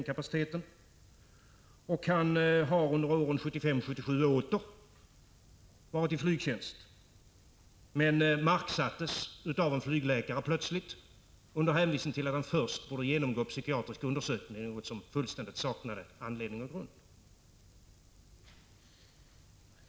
Han har under åren 1975—1977 åter varit i flygtjänst. Men han marksattes plötsligt av en flygläkare under hänvisning till att han först borde genomgå psykiatrisk undersökning, något som fullständigt saknade grund.